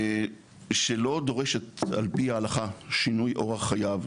שלא דורשת על פי ההלכה שינוי אורח חייו,